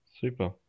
Super